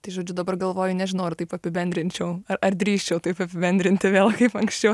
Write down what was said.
tai žodžiu dabar galvoju nežinau ar taip apibendrinčiau ar drįsčiau taip apibendrinti vėl kaip anksčiau